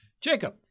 Jacob